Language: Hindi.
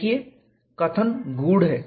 देखिये कथन गूढ़ है